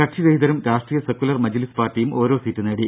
കക്ഷി രഹിതരും രാഷ്ട്രീയ സെക്കുലർ മജിലിസ് പാർട്ടിയും ഓരോ സീറ്റ് നേടി